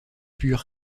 pur